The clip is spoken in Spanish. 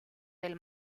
del